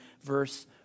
verse